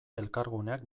elkarguneak